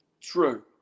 True